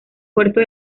puerto